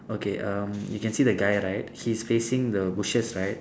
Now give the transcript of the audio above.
okay um you can see the guy right he's facing the bushes right